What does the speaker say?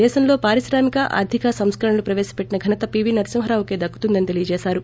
దేశంలో పారిశ్రామిక ఆర్గిక సంస్కరణలు ప్రవేశ పెట్టిన ఘనత పివి నరసింహారావుకే దక్కుతుందని తెలిపారు